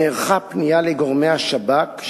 נערכה פנייה לגורמי השב"כ,